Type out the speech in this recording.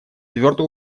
твердо